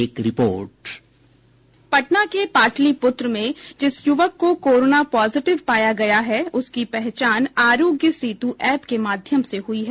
एक report bite Patna के पाटलिपुत्र में जिस युवक को कोरोना पॉजिटिव पाया गया है उसकी पहचान आरोग्य सेतु एप के माध्यम से हुई है